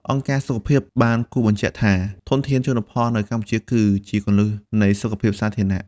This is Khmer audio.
អង្គការសុខភាព បានគូសបញ្ជាក់ថា ធនធានជលផលនៅកម្ពុជាគឺជាគន្លឹះនៃសុខភាពសាធារណៈ។